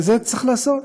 ואת זה צריך לעשות,